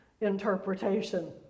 interpretation